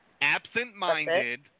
absent-minded